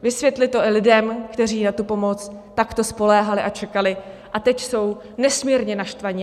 Vysvětlit to lidem, kteří na tu pomoc takto spoléhali a čekali a teď jsou nesmírně naštvaní.